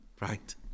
right